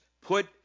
put